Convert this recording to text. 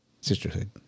sisterhood